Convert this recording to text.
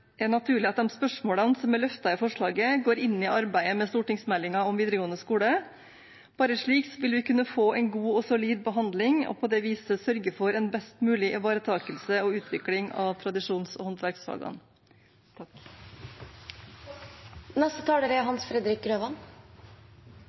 er naturlig at de spørsmålene som er løftet i forslaget, inngår i arbeidet med stortingsmeldingen om videregående skoler. Bare slik vil vi kunne få en god og solid behandling og sørge for en best mulig ivaretakelse og utvikling av tradisjons- og håndverksfagene. I Norge er